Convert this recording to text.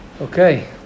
Okay